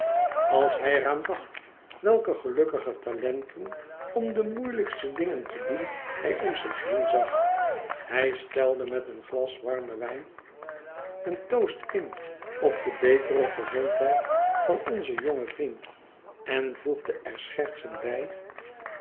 als hij eraan dacht welke gelukkige talenten om de moeielijkste dingen te doen hij om zich heen zag hij stelde met een glas warmen wijn een toast in op de betere gezondheid van onzen jongen vriend en voegde er schertsend bij